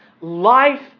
life